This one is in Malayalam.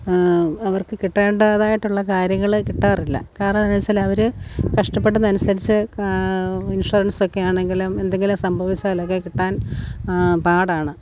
അവർക്ക് കിട്ടേണ്ടതായിട്ടുള്ള കാര്യങ്ങൾ കിട്ടാറില്ല കാരണം എന്താ വച്ചാൽ അവർ കഷ്ടപ്പെടുന്നതനുസരിച്ച് ഇൻഷുറൻസൊക്കെ ആണെങ്കിലും എന്തെങ്കിലും സംഭവിച്ചാലൊക്കെ കിട്ടാൻ പാടാണ്